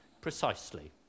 precisely